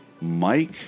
Mike